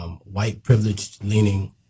white-privileged-leaning